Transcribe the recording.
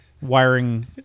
wiring